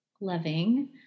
loving